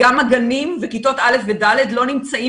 גם הגנים וכיתות א' ו-ד' לא נמצאים